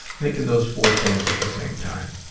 thinking those four things at the same time.